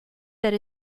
that